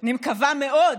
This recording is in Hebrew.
אני מקווה מאוד,